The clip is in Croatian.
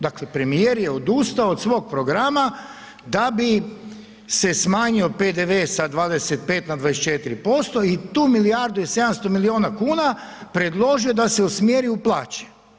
Dakle premijer je odustao od svog programa da bi se smanjio PDV sa 25 na 24% i tu milijardu i 700 milijuna kuna, predložio da se usmjeri u plaće.